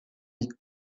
niet